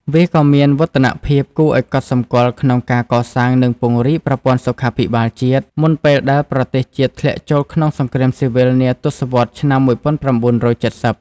វាក៏មានវឌ្ឍនភាពគួរឱ្យកត់សម្គាល់ក្នុងការកសាង និងពង្រីកប្រព័ន្ធសុខាភិបាលជាតិមុនពេលដែលប្រទេសជាតិធ្លាក់ចូលក្នុង សង្គ្រាមស៊ីវិលនាទសវត្សរ៍ឆ្នាំ១៩៧០។